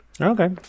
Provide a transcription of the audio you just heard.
Okay